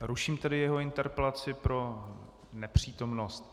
Ruším tedy jeho interpelaci pro nepřítomnost.